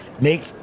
make